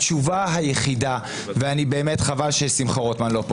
התשובה היחידה וחבל ששמחה רוטמן לא כאן